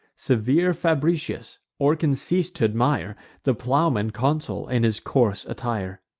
severe fabricius, or can cease t' admire the plowman consul in his coarse attire?